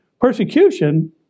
persecution